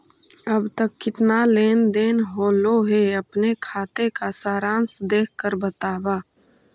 अब तक कितना लेन देन होलो हे अपने खाते का सारांश देख कर बतावा